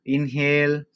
Inhale